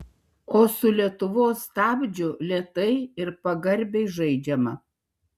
o su lietuvos stabdžiu lėtai ir pagarbiai žaidžiama